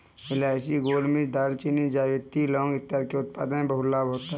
इलायची, गोलमिर्च, दालचीनी, जावित्री, लौंग इत्यादि के उत्पादन से बहुत लाभ होता है